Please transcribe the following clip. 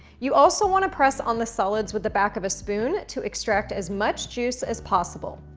you also wanna press on the solids with the back of a spoon to extract as much juice as possible.